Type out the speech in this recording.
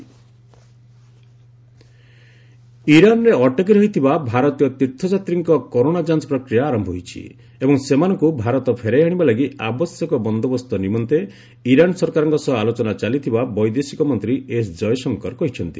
Jaishankar corona ଇରାନ୍ରେ ଅଟକି ରହିଥିବା ଭାରତୀୟ ତୀର୍ଥଯାତ୍ରୀଙ୍କ କରୋନା ଯାଞ୍ଚ୍ ପ୍ରକ୍ରିୟା ଆରମ୍ଭ ହୋଇଛି ଏବଂ ସେମାନଙ୍କୁ ଭାରତ ଫେରାଇ ଆଶିବା ଲାଗି ଆବଶ୍ୟକ ବନ୍ଦୋବସ୍ତ ନିମନ୍ତେ ଇରାନ ସରକାରଙ୍କ ସହ ଆଲୋଚନା ଚାଲିଥିବା ବୈଦେଶିକ ମନ୍ତ୍ରୀ ଏସ୍ ଜୟଶଙ୍କର କହିଛନ୍ତି